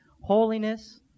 Holiness